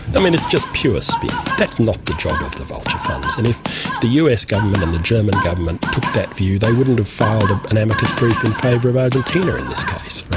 i mean, it's just pure spin. that's not the job of the vulture funds, and if the us government and the german government took that view they wouldn't have filed an amicus brief in favour of argentina in this case.